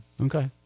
Okay